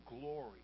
glory